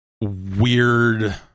weird